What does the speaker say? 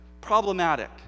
problematic